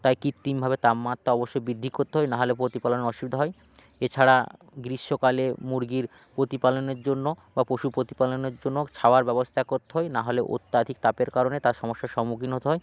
তাই কৃত্রিমভাবে তাপমাত্রা অবশ্যই বৃদ্ধি করতে হয় না হলে প্রতিপালনের অসুবিধা হয় এছাড়া গ্রীষ্মকালে মুরগির প্রতিপালনের জন্য বা পশু প্রতিপালনের জন্য ছায়ার ব্যবস্থা করতে হয় না হলে অত্যধিক তাপের কারণে তার সমস্যার সম্মুখীন হতে হয়